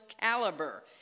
caliber